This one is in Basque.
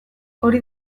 hori